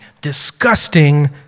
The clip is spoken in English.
disgusting